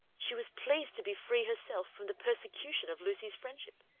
she was pleased to be free herself from the persecution of lucy's friendship,